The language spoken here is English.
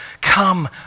come